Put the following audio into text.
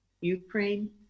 Ukraine